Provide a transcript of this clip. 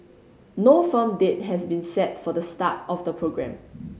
no firm date has been set for the start of the programme